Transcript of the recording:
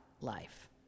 life